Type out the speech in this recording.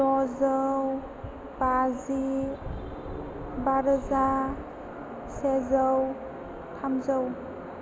द'जौ बाजि बा रोजा सेजौ थामजौ